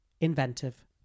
inventive